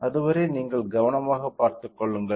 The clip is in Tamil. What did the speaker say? அதுவரை நீங்கள் கவனமாக பார்த்துக்கொள்ளுங்கள்